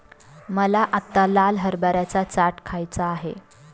मला आत्ता लाल हरभऱ्याचा चाट खायचा आहे